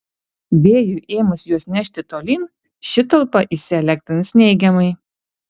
vėjui ėmus juos nešti tolyn ši talpa įsielektrins neigiamai